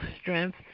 strength